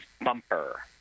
Bumper